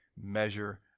measure